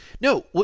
No